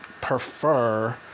prefer